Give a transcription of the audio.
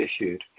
issued